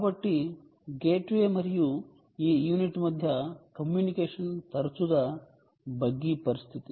కాబట్టి గేట్వే మరియు ఈ యూనిట్ మధ్య కమ్యూనికేషన్ తరచుగా బగ్గీ పరిస్థితి